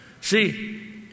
See